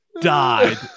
died